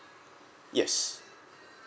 yes